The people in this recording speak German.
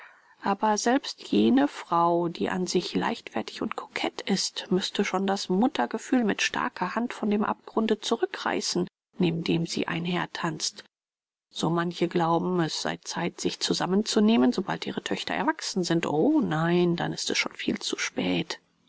aber selbst jene frau die an sich leichtfertig und kokett ist müßte schon das muttergefühl mit starker hand von dem abgrund zurückreißen neben dem sie einhertanzt so manche glauben es sei zeit sich zusammen zu nehmen sobald ihre töchter erwachsen sind o nein dann ist es schon viel zu spät